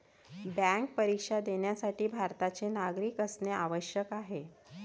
bank परीक्षा देण्यासाठी भारताचे नागरिक असणे आवश्यक आहे